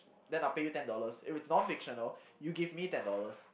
then I'll pay you ten dollars if it's non fictional you give me ten dollars